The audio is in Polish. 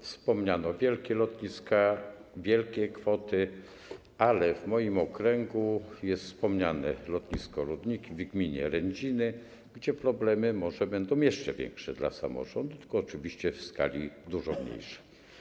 Wspomniano wielkie lotniska, wielkie kwoty, ale w moim okręgu jest wspomniane lotnisko Rudniki w gminie Rędziny, gdzie problemy może będą jeszcze większe dla samorządów, tylko oczywiście w skali dużo mniejszej.